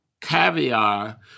caviar